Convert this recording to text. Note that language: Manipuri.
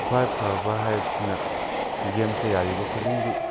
ꯈ꯭ꯋꯥꯏ ꯐꯕ ꯍꯥꯏꯕꯁꯤꯅ ꯒꯦꯝꯁꯦ ꯌꯥꯔꯤꯕꯈꯨꯗꯤꯡꯒꯤ